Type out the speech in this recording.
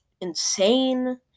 insane